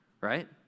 right